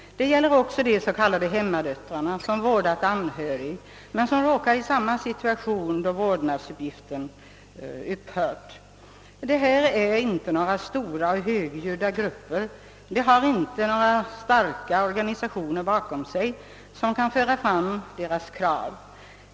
Det gäller också de s.k. hemmadöttrarna som vårdat anhöriga och vilka råkar i samma situation då vårdnadsuppgiften upphört. Detta är inte några stora och högljudda grupper. De har inga starka organisationer bakom sig som kan föra fram deras krav.